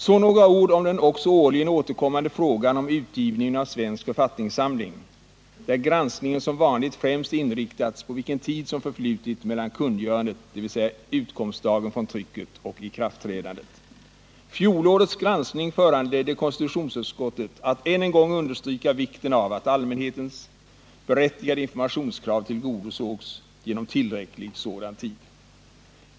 Så några ord om den också årligen återkommande frågan om utgivningen av Svensk författningssamling, där granskningen som vanligt främst inriktats på vilken tid som förflutit mellan kungörandet, dvs. utkomstdagen från trycket, och ikraftträdandet. Fjolårets granskning föranledde konstitutionsutskottet att än en gång understryka vikten av att allmänhetens berättigade informationskrav tillgodosågs genom tillräcklig sådan tid.